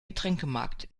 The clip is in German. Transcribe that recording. getränkemarkt